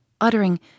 uttering